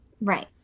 right